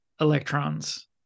electrons